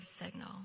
signal